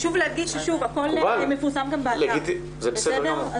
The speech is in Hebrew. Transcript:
חשוב להדגיש שהכול מפורסם גם באתר, בסדר?